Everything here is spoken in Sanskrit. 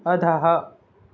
अधः